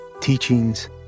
teachings